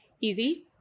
easy